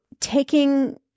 taking